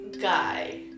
guy